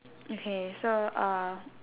okay so err